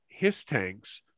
HisTanks